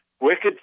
wicked